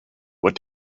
what